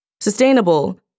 sustainable